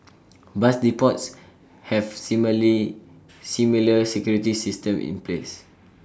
bus depots have smily similar security systems in place